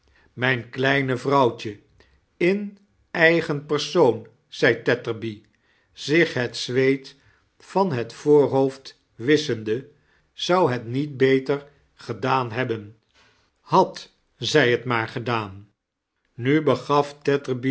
mijn kleine vrouwtje in eigen persoon zei tetterby zich het zweet van het voorhoofd wisschende zou het niet beter gedaan hebben had zij t maar gedaan nu begaf